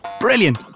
Brilliant